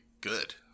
good